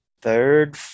third